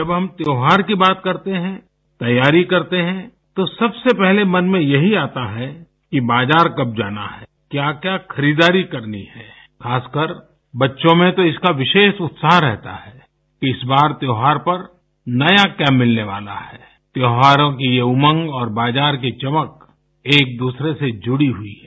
जब हम त्योहार की बात करते हैं तैयारी करते हैं तो सबसे पहले मन में यही आता है कि बाजार कब जाना है क्या क्या खरीदारी करनी है खासकर बच्चों में तो इसका विशेष उत्साह रहता है इस बार त्यौहार पर नया क्या भिलने वाला है त्यौहारों की ये उमंग और बाजार की चमक एक दूसरे से जुड़ी हुई है